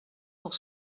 pour